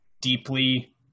deeply